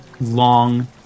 long